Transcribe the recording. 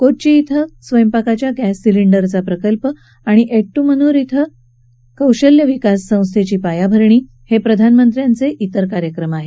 कोच्ची क्वें स्वयंपाकाच्या गॅस सिलिंडरचा प्रकल्प आणि एड्डमनुर क्वें कौशल्य विकास संस्थेची पायाभरणी हे प्रधानमंत्र्यांचे तर कार्यक्रम आहेत